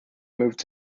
moved